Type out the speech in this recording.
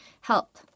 Help